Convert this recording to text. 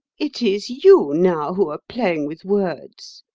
it is you now who are playing with words,